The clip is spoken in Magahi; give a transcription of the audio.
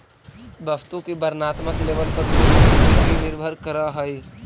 वस्तु की वर्णात्मक लेबल पर भी उसकी बिक्री निर्भर करअ हई